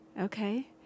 okay